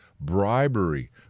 bribery